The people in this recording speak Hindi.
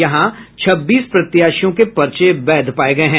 यहां छब्बीस प्रत्याशियों के पर्चे वैध पाये गये हैं